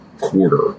quarter